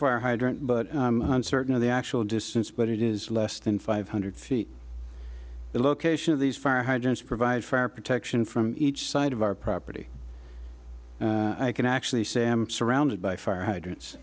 fire hydrant but certainly the actual distance but it is less than five hundred feet the location of these fire hydrants provide fire protection from each side of our property i can actually say i am surrounded by fire hydrant